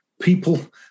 people